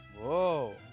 Whoa